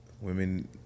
women